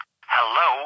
Hello